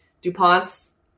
DuPont's